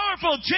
powerful